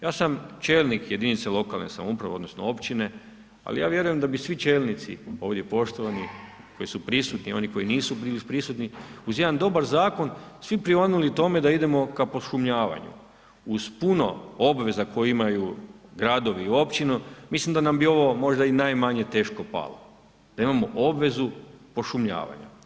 Ja sam čelnik jedinice lokalne samouprave odnosno općine ali ja vjerujem da bi svi čelnici ovdje poštovani koji su prisutni i oni koji nisu bili prisutni, uz jedan dobar zakon, svi prionuli tome da idemo ka pošumljavanju, uz puno obveza koje imaju gradovi i općine, mislim da bi nam ovo možda i najmanje teško palo da imamo obvezu pošumljavanja.